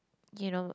you know